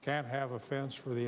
can't have a fence for the